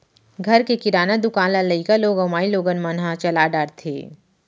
घर के किराना दुकान ल लइका लोग अउ माइलोगन मन ह चला डारथें